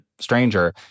stranger